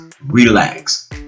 relax